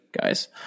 guys